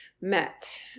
met